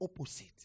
opposite